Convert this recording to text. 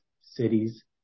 cities